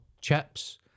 chips